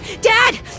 Dad